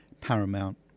Paramount